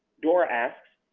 dora asks,